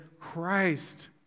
Christ